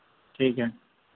ठीक है